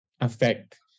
affect